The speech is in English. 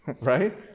right